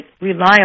reliable